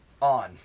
on